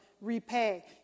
repay